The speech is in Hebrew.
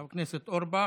חבר הכנסת אורבך.